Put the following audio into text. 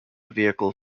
vehicle